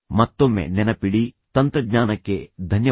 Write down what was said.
ಮತ್ತೊಮ್ಮೆ ನೆನಪಿಡಿ ತಂತ್ರಜ್ಞಾನಕ್ಕೆ ಧನ್ಯವಾದಗಳು